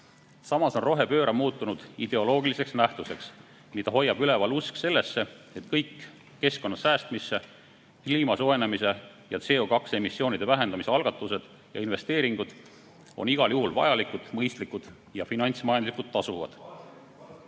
Samas on rohepööre muutunud ideoloogiliseks nähtuseks, mida hoiab üleval usk sellesse, et kõik keskkonna säästmise, kliima soojenemise pidurdamise ja CO2-emissioonide vähendamise algatused ja investeeringud on igal juhul vajalikud, mõistlikud ja finantsmajanduslikult tasuvad.